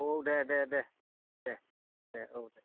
औ दे दे दे औ दे